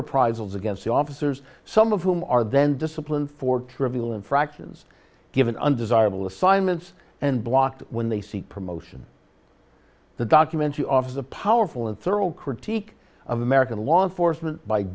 reprisals against the officers some of whom are then disciplined for trivial infractions given undesirable assignments and blocked when they see promotion the documentary offers a powerful and thorough critique of american law enforcement by